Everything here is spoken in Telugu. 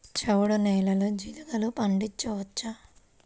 చవుడు నేలలో జీలగలు పండించవచ్చా?